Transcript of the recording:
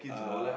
ah